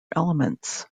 elements